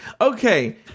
Okay